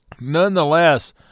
nonetheless